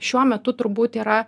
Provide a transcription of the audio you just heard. šiuo metu turbūt yra